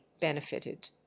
benefited